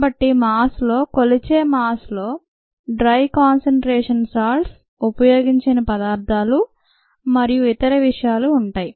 కాబట్టి మాస్ లో కొలిచే మాస్ లో dry concentrations ఉపయోగించని పదార్థాలు మరియు ఇతర విషయాలు ఉంటాయి